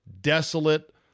desolate